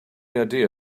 idea